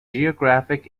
geographic